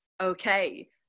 okay